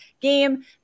game